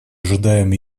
ожидаем